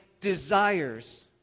desires